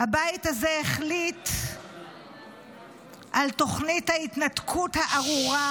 הבית הזה החליט על תוכנית ההתנתקות הארורה